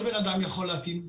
כל בן אדם יכול להתאים,